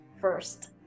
first